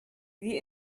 wie